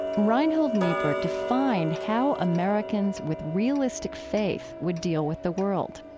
reinhold niebuhr defined how americans with realistic faith would deal with the world.